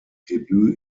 debüt